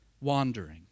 Wandering